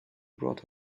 brought